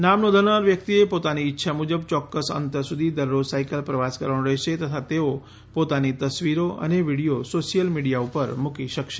નામ નોંધાવનાર વ્યક્તિએ પોતાની ઇચ્છા મુજબ ચોક્કસ અંતર સુધી દરરોજ સાયકલ પ્રવાસ કરવાનો રહેશે તથા તેઓ પોતાની તસવીરો અને વીડોય સોશિયલ મીડિયા ઉપર મૂકી શકશે